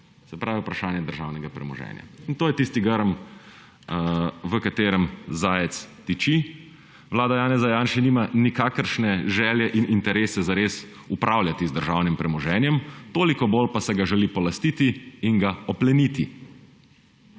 se pravi vprašanje državnega premoženja. In to je tisti grm, v katerem zajec tiči. Vlada Janeza Janše nima nikakršne želje in interesa zares upravljati z državnim premoženjem, toliko bolj pa se ga želi polastiti in ga opleniti.